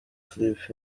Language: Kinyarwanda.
clip